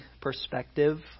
perspective